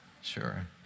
Sure